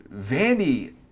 Vandy